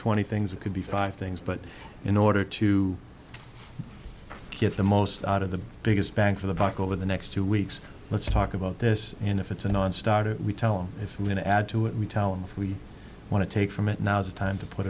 twenty things that could be five things but in order to get the most out of the biggest bang for the buck over the next two let's talk about this and if it's a nonstarter we tell him if we're going to add to it we tell him if we want to take from it now's the time to put